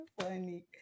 funny